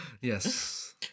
Yes